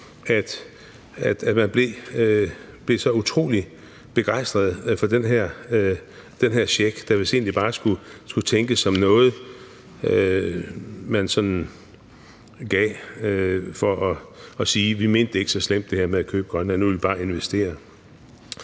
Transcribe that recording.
at man blev så utrolig begejstret for den her check, der vist egentlig bare skulle tænkes som noget, man sådan gav for at sige: Vi mente det ikke så slemt med at købe Grønland; nu vil vi bare investere.